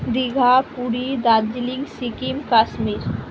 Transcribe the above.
Digha Puri Darjeeling Sikkim Kashmir